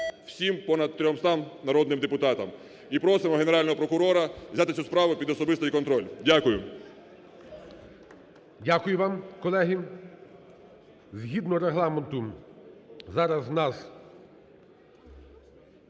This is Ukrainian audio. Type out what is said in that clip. всім, понад 300 народним депутатам. І просимо Генерального прокурора взяти цю справу під особистий контроль. Дякую. ГОЛОВУЮЧИЙ. Дякую вам, колеги. Згідно Регламенту зараз в нас